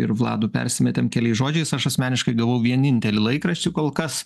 ir vladu persimetėm keliais žodžiais aš asmeniškai gavau vienintelį laikraštį kol kas